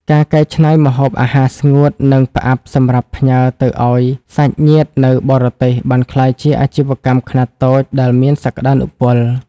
ការកែច្នៃម្ហូបអាហារស្ងួត និងផ្អាប់សម្រាប់ផ្ញើទៅឱ្យសាច់ញាតិនៅបរទេស បានក្លាយជាអាជីវកម្មខ្នាតតូចដែលមានសក្ដានុពល។